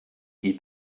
qui